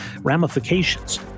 ramifications